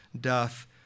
doth